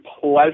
pleasure